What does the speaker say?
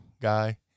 guy